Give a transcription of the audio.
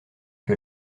que